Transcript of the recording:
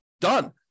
Done